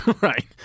right